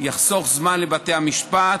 יחסוך זמן לבתי המשפט,